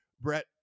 Brett